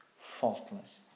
faultless